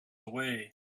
away